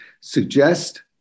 Suggest